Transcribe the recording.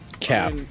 Cap